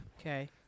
okay